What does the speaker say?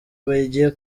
bagiye